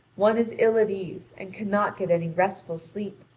one is ill at ease and cannot get any restful sleep,